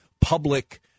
public